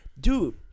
dude